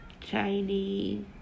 Chinese